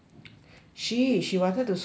she she wanted to sew some